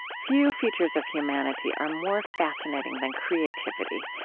few features of humanity are more fascinating than creativity,